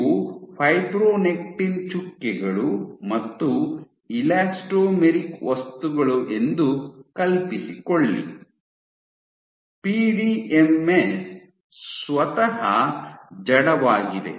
ಇವು ಫೈಬ್ರೊನೆಕ್ಟಿನ್ ಚುಕ್ಕೆಗಳು ಮತ್ತು ಎಲಾಸ್ಟೊಮೆರಿಕ್ ವಸ್ತುಗಳು ಎಂದು ಕಲ್ಪಿಸಿಕೊಳ್ಳಿ ಪಿಡಿಎಂಎಸ್ ಸ್ವತಃ ಉಲ್ಲೇಖ ಸಮಯ 2023 ಜಡವಾಗಿದೆ